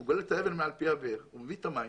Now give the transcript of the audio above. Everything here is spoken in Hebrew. הוא גולל את האבן מעל פי הבאר, מביא את המים